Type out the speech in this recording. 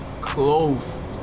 close